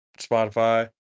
Spotify